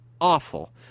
awful